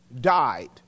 died